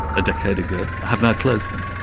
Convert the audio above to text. a decade ago, have now closed them.